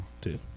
Two